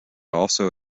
also